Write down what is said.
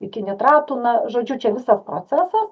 iki nitratų na žodžiu čia visas procesas